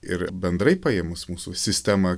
ir bendrai paėmus mūsų sistemą